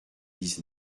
dix